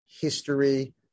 history